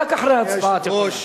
רק אחרי ההצבעה את יכולה.